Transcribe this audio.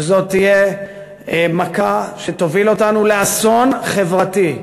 וזאת תהיה מכה שתוביל אותנו לאסון חברתי.